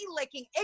licking